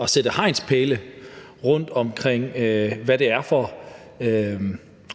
at sætte hegnspæle rundt omkring, hvad det er for